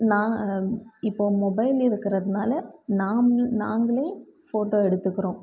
நான் இப்போது மொபைல் இருக்கறதுனால் நாம் நாங்களே ஃபோட்டோ எடுத்துக்கிறோம்